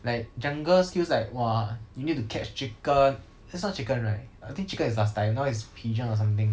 like jungle skills like !wah! you need to catch chicken that's not chicken right I think chicken is last time now is pigeon or something